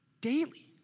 Daily